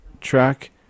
track